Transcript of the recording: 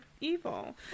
evil